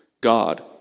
God